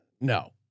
No